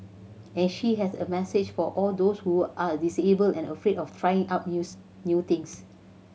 and she has a message for all those who are disabled and afraid of trying out news new things